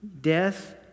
death